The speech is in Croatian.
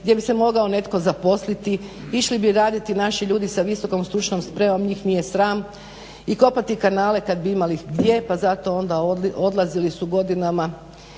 gdje bi se mogao netko zaposliti, išli bi raditi naši ljudi sa visokom stručnom spremom njih nije sram i kopati kanale kad bi imali gdje pa zato onda odlazili su godinama